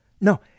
no